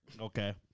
Okay